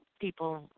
people